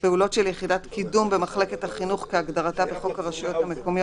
פעולות של יחידת קידום במחלקת החינוך כהגדרתה בחוק הרשויות המקומיות,